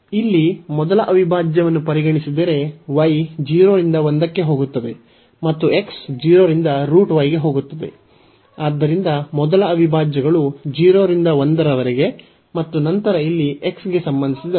ಇಲ್ಲಿ ಮೊದಲ ಅವಿಭಾಜ್ಯವನ್ನು ಪರಿಗಣಿಸಿದರೆ y 0 ರಿಂದ 1 ಕ್ಕೆ ಹೋಗುತ್ತದೆ ಮತ್ತು x 0 ರಿಂದ ಗೆ ಹೋಗುತ್ತದೆ ಆದ್ದರಿಂದ ಮೊದಲ ಅವಿಭಾಜ್ಯಗಳು 0 ರಿಂದ 1 ರವರೆಗೆ ಮತ್ತು ನಂತರ ಇಲ್ಲಿ x ಗೆ ಸಂಬಂಧಿಸಿದಂತೆ